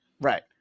Right